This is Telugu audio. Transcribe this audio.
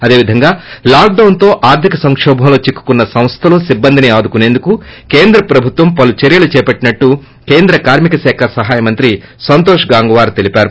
అదేవిధంగా లాక్డౌస్తో ఆర్గిక సంకోభంలో చిక్కుకున్న సంస్లలు సిబ్బందిని ఆదుకునేందుకు కేంద్ర ప్రభుత్వం పలు చర్యలు చేపట్టిందని కేంద్ర కార్మిక శాఖ సహాయమంత్రి సంతోష్ గంగ్వార్ తెలిపారు